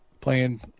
playing